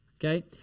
okay